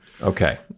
Okay